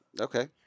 Okay